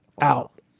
Out